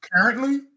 Currently